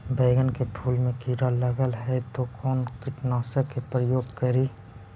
बैगन के फुल मे कीड़ा लगल है तो कौन कीटनाशक के प्रयोग करि?